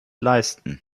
leisten